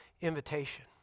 invitation